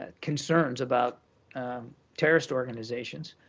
ah concerns about terrorist organizations,